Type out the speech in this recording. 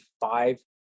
five